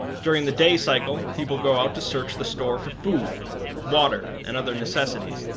during the day cycle, people go out to search the store for food water, and other necessities.